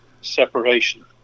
Separation